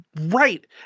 right